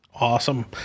Awesome